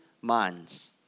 minds